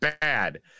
bad